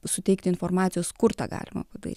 suteikti informacijos kur tą galima padary